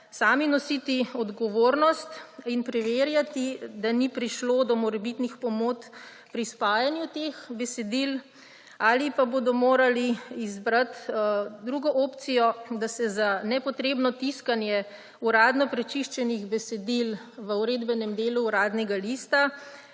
sami nositi odgovornost in preverjati, da ni prišlo do morebitnih pomot pri spajanju teh besedil, ali pa bodo morali izbrati drugo opcijo, da se za nepotrebno tiskanje uradno prečiščenih besedil v Uredbenem delu Uradnega lista